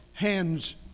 hands